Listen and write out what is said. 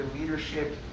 leadership